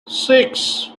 six